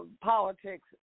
politics